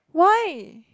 why